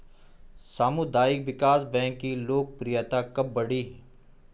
सामुदायिक विकास बैंक की लोकप्रियता कब बढ़ी?